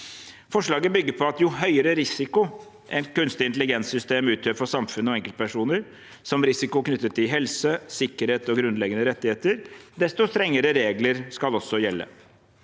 Forslaget bygger på at jo høyere risiko et kunstig intelligens-system utgjør for samfunnet og enkeltpersoner, som risiko knyttet til helse, sikkerhet og grunnleggende rettigheter, desto strengere regler skal også gjelde.